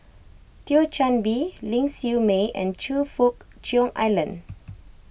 Thio Chan Bee Ling Siew May and Choe Fook Cheong Alan